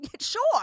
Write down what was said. Sure